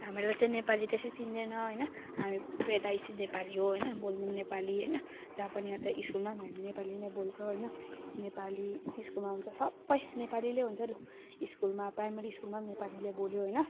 हामीलाई चाहिँ नेपाली त्यसै चिन्दैन होइन हामी पैदाइसी नेपाली हो होइन बोल्नु पनि नेपाली होइन जहाँ पनि अन्त स्कुलमा पनि हामी नेपाली नै बोल्छौँ होइन नेपाली स्कुलमा हुन्छ सबै नेपालीले हुन्छै लु स्कुलमा प्राइमेरी स्कुलमा पनि नेपालीले बोल्यो होइन